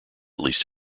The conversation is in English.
least